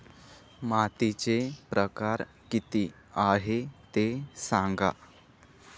मातीचे प्रकार किती आहे ते सांगा